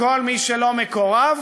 מכל מי שלא מקורב,